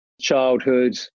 childhood